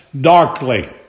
darkly